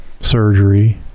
surgery